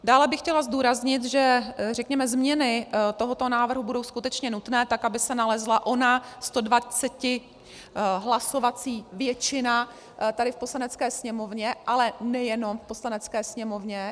Dále bych chtěla zdůraznit, že, řekněme, změny tohoto návrhu budou skutečně nutné, tak aby se nalezla ona 120 hlasovací většina tady v Poslanecké sněmovně, ale nejenom v Poslanecké sněmovně.